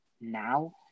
now